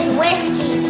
whiskey